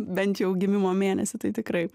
bent jau gimimo mėnesį tai tikrai